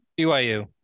BYU